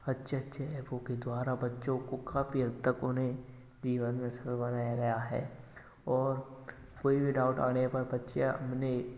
अच्छे अच्छे एपों के द्वारा बच्चों को काफी हद तक उन्हें जीवन में सरल बनाया गया है और कोई भी डाउट आने पर बच्चे अपने